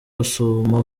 rusumo